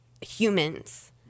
humans